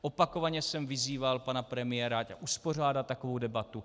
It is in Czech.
Opakovaně jsem vyzýval pana premiéra, ať uspořádá takovou debatu.